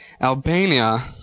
Albania